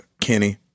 Kenny